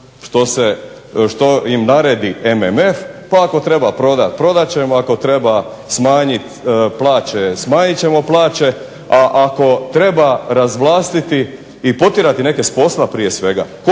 što im naredi MMF pa ako treba prodati prodat ćemo, ako treba smanjit plaće smanjiti ćemo plaće, a ako treba razvlastiti i potjerati neke s posla prije svega